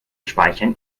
speichern